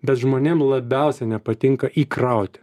bet žmonėm labiausiai nepatinka įkrauti